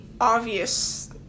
obvious